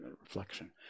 reflection